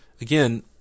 again